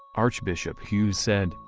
archbishop hughes said,